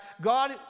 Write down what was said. God